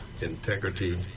integrity